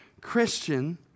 Christian